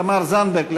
תמר זנדברג,